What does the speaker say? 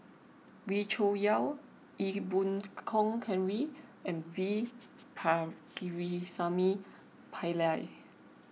Wee Cho Yaw Ee Boon Kong Henry and V Pakirisamy Pillai